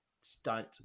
stunt